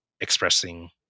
expressing